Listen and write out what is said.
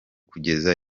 kugeza